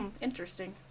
interesting